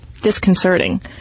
disconcerting